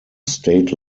state